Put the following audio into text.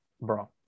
Bro